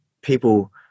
people